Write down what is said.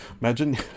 Imagine